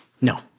no